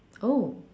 oh